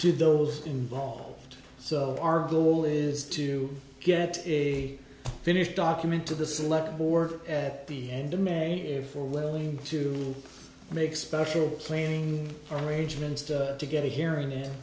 to those involved so our goal is to get a finished document to the celeb or at the end of may and for willing to make special planning arrangements to get a hearing in